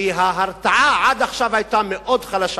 כי ההרתעה עד עכשיו היתה מאוד חלשה.